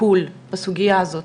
טיפול בסוגייה הזאת.